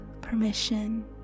permission